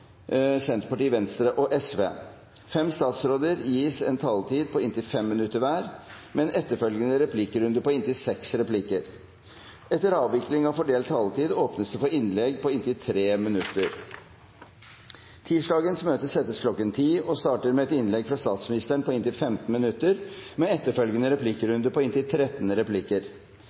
Senterpartiet, Venstre og Sosialistisk Venstreparti. Fem statsråder gis en taletid på inntil 5 minutter hver, med en etterfølgende replikkrunde på inntil seks replikker. Etter avvikling av fordelt taletid åpnes det for innlegg på inntil 3 minutter. Tirsdagens møte settes kl. 10.00 og starter med et innlegg fra statsministeren på inntil 15 minutter med etterfølgende